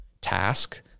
task